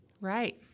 Right